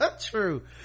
true